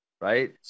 Right